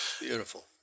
Beautiful